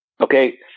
Okay